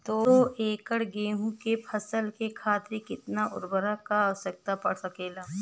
दो एकड़ गेहूँ के फसल के खातीर कितना उर्वरक क आवश्यकता पड़ सकेल?